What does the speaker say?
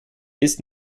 ist